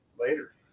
later